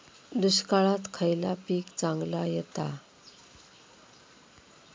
दुष्काळात खयला पीक चांगला येता?